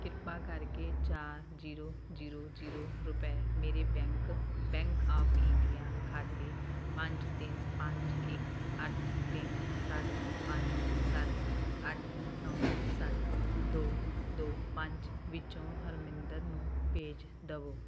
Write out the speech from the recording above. ਕਿਰਪਾ ਕਰਕੇ ਚਾਰ ਜ਼ੀਰੋ ਜ਼ੀਰੋ ਜ਼ੀਰੋ ਰੁਪਏ ਮੇਰੇ ਬੈਂਕ ਬੈਂਕ ਆਫ ਇੰਡੀਆ ਖਾਤੇ ਪੰਜ ਤਿੰਨ ਪੰਜ ਇੱਕ ਅੱਠ ਤਿੰਨ ਸੱਤ ਪੰਜ ਸੱਤ ਅੱਠ ਨੌਂ ਸੱਤ ਦੋ ਦੋ ਪੰਜ ਵਿਚੋਂ ਹਰਮਿੰਦਰ ਨੂੰ ਭੇਜ ਦਵੋ